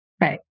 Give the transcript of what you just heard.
Right